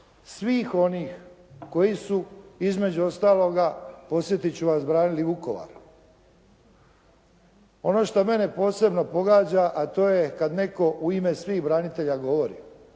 svih onih koji su između ostaloga podsjetiti ću vas, branili Vukovar. Ono što mene posebno pogađa, a to je kada netko u ime svih branitelja govori.